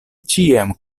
ĉiam